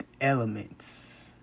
elements